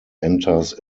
enters